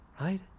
right